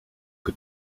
que